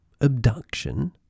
abduction